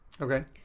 Okay